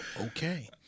Okay